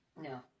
No